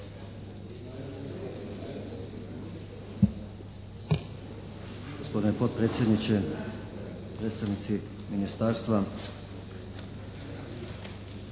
Gospodine potpredsjedniče, predstavnici ministarstva,